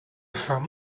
femme